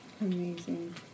Amazing